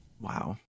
Wow